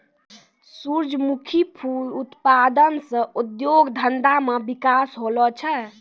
सुरजमुखी फूल उत्पादन से उद्योग धंधा मे बिकास होलो छै